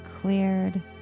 cleared